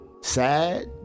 sad